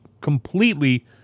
completely